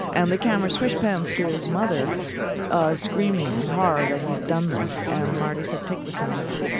and the camera switch pans to his mother ah screaming and horror that he's done this. and marty said, take the sound out.